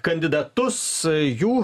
kandidatus jų